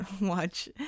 watch